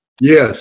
Yes